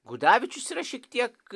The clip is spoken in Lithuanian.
gudavičius yra šiek tiek